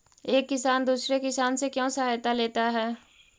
एक किसान दूसरे किसान से क्यों सहायता लेता है?